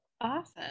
Awesome